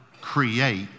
create